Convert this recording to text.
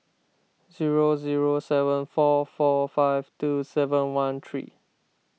zero zero seven four four five two seven one three